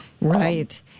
Right